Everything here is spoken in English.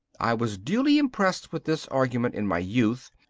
i was duly impressed with this argument in my youth,